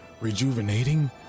Rejuvenating